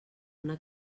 una